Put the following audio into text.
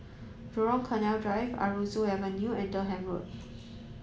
Jurong Canal Drive Aroozoo Avenue and Durham Road